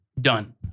done